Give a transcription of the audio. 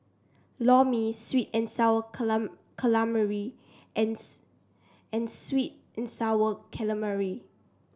Lor Mee sweet and sour calamari and and sweet and sour calamari